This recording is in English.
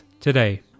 today